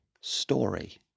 story